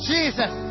Jesus